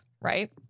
right